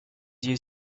you